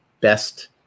best